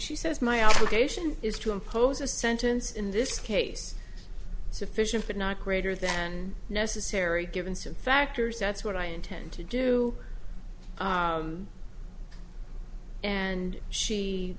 she says my obligation is to impose a sentence in this case sufficient but not greater than necessary given some factors that's what i intend to do and she